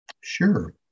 Sure